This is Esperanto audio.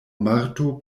marto